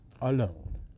Alone